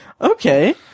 Okay